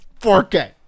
4K